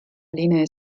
linee